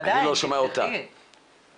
אני רוצה ברשותך להתמקד באגף שאת מנהלת,